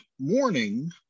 morning